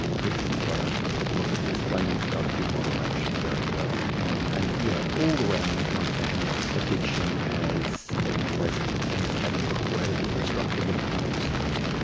chris, you've got to look at this, flemings don't do moderation very well. um and yes, yeah all around my family, addiction has been present and has had incredibly destructive influences.